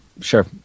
Sure